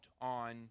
on